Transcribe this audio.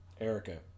Erica